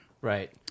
Right